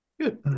Good